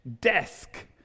desk